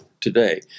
today